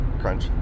crunch